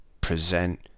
present